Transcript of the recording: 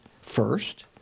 first